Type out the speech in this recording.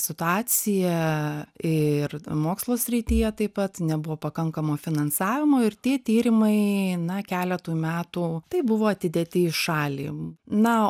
situacija ir mokslo srityje taip pat nebuvo pakankamo finansavimo ir tie tyrimai na keletui metų taip buvo atidėti į šalį na